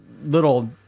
little